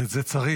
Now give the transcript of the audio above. ואת זה צריך.